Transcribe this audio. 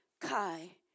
kai